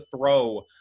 throw